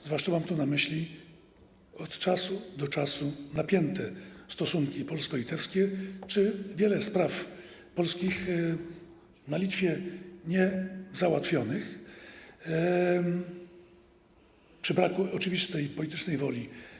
Zwłaszcza mam tu na myśli od czasu do czasu napięte stosunki polsko-litewskie czy wiele spraw polskich na Litwie niezałatwionych przy braku czasami oczywistej politycznej woli